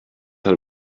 how